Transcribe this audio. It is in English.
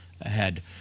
Ahead